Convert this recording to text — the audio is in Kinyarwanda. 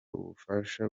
ubufasha